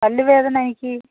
പല്ലുവേദന എനിക്ക്